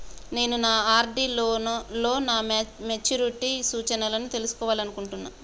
నేను నా ఆర్.డి లో నా మెచ్యూరిటీ సూచనలను తెలుసుకోవాలనుకుంటున్నా